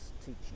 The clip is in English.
teaching